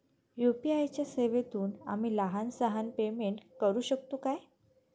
UPI च्या सेवेतून आम्ही लहान सहान पेमेंट करू शकतू काय?